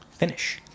Finish